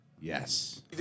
Yes